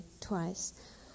Twice